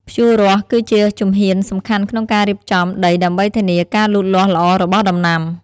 ភ្ជួររាស់គឺជាជំហានសំខាន់ក្នុងការរៀបចំដីដើម្បីធានាការលូតលាស់ល្អរបស់ដំណាំ។